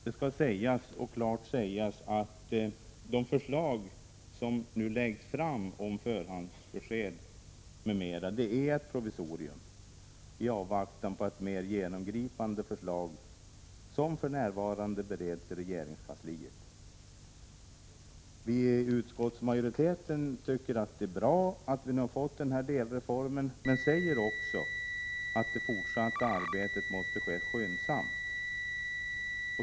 Det skall klart sägas att de förslag som nu läggs fram om förhandsbesked m.m. är ett provisorium i avvaktan på ett mer genomgripande förslag, som för närvarande bereds i regeringskansliet. Utskottsmajoriteten tycker att det är bra att vi nu har fått denna delreform, men säger också att det fortsatta arbetet måste ske skyndsamt.